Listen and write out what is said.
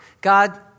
God